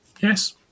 yes